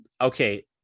okay